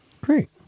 Great